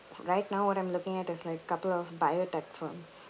right now what I'm looking at is like couple of biotech firms